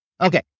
Okay